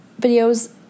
videos